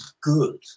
good